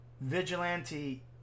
Vigilante